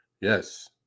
Yes